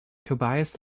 tobias